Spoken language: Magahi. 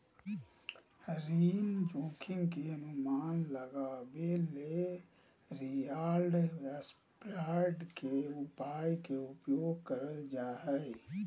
ऋण जोखिम के अनुमान लगबेले यिलड स्प्रेड के उपाय के उपयोग कइल जा हइ